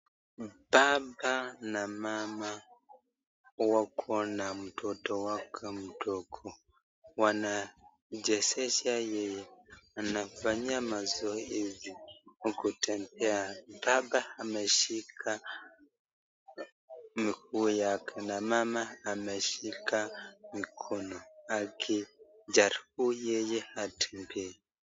Baba na mama wako na mtoto wake mdogo, wanachezesha yeye, anafanyia mazoezi akitembea baba ameshika miguu yake na mama ameshika mikono akijaribu yeye atembee.